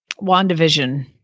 Wandavision